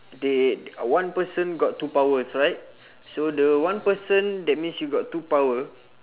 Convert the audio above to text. they one person got two powers right so the one person that means you got two power